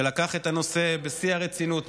שלקח את הנושא בשיא הרצינות,